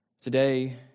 today